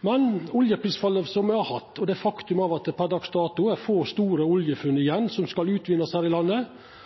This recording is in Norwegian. Men oljeprisfallet som me har hatt, og det faktum at det per dags dato er få store oljefunn igjen som skal utvinnast her i landet,